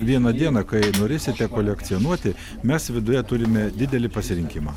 vieną dieną kai norėsite kolekcionuoti mes viduje turime didelį pasirinkimą